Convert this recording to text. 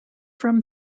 from